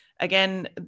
Again